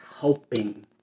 helping